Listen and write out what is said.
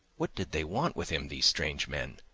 what did they want with him, these strange men?